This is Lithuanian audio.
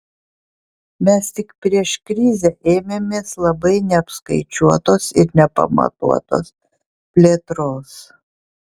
mes tik prieš krizę ėmėmės labai neapskaičiuotos ir nepamatuotos plėtros